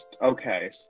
Okay